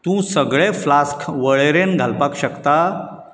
तूं सगळे फ्लास्क वळेरेंत घालपाक शकता